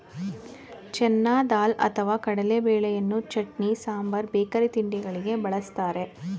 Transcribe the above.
ಚೆನ್ನ ದಾಲ್ ಅಥವಾ ಕಡಲೆಬೇಳೆಯನ್ನು ಚಟ್ನಿ, ಸಾಂಬಾರ್ ಬೇಕರಿ ತಿಂಡಿಗಳಿಗೆ ಬಳ್ಸತ್ತರೆ